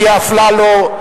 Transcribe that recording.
אלי אפללו,